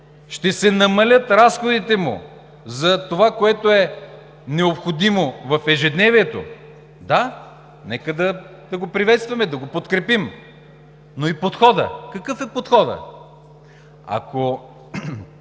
ще се намалят разходите му за това, което е необходимо в ежедневието – да, нека да го приветстваме, да го подкрепим. Но какъв е подходът? Ако